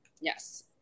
Yes